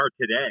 today